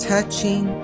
Touching